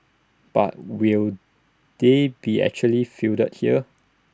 but will they be actually fielded here